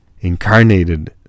incarnated